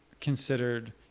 considered